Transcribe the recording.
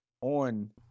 on